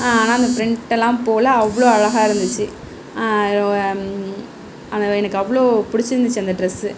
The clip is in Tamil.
ஆனால் அந்த ப்ரிண்ட் எல்லாம் போகல அவ்வளோ அழகாக இருந்துச்சு அந்த எனக்கு அவ்வளோ பிடிச்சிருந்துச்சி அந்த ட்ரெஸ்ஸு